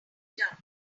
done